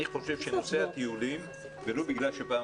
אני חושב שנושא הטיולים ולו בגלל שפעם